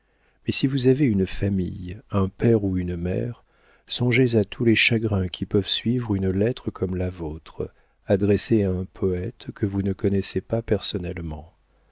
mais si vous avez une famille un père ou une mère songez à tous les chagrins qui peuvent suivre une lettre comme la vôtre adressée à un poëte que vous ne connaissez pas personnellement